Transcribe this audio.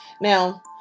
Now